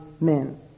men